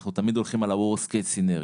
אנחנו תמיד הולכים על ה-worst case scenario.